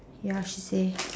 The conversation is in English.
ya she say